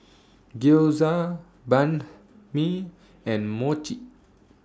Gyoza Banh MI and Mochi